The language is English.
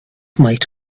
might